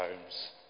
homes